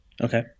Okay